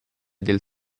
del